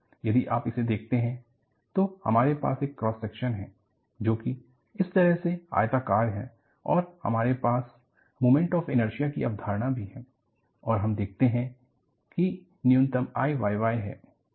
यदि आप इसे देखते हैं तो हमारे पास एक क्रॉस सेक्शन है जो कि इस तरह से आयताकार है और हमारे पास मूमेंट ऑफ एनर्शिया की अवधारणा भी है और हम देखते हैं कि I न्यूनतम Iyy है